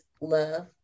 love